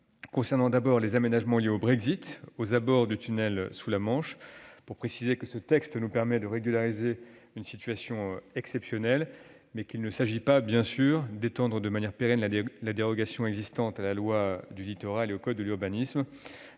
concerne tout d'abord les aménagements liés au Brexit et aux abords du tunnel sous la Manche, ce texte nous permet de régulariser une situation exceptionnelle. Néanmoins, il ne s'agit pas, bien sûr, d'étendre de manière pérenne la dérogation existante à la loi du littoral et au code de l'urbanisme.